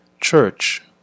Church